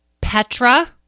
Petra